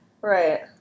Right